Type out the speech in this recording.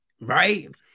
right